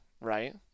right